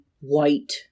white